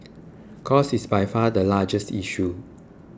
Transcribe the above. cost is by far the biggest issue